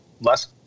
less